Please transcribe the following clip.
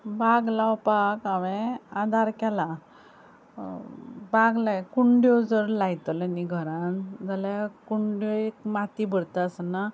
बाग लावपाक हांवें आदार केला बाग लाय कुंड्यो जर लायतले न्ही घरान जाल्या कुंड्यो एक माती भरता आसतना